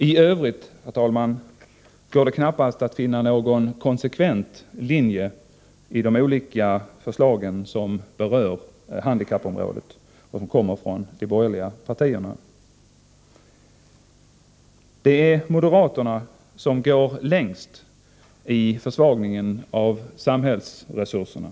I övrigt, herr talman, går det knappast att finna någon konsekvent linje i de olika förslag som berör handikappområdet och som kommer från de borgerliga partierna. Det är moderaterna som går längst i försvagningen av samhällsresurserna.